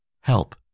Help